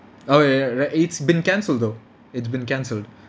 oh ya ya right it's been cancelled though it's been cancelled